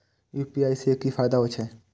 UPI से की फायदा हो छे?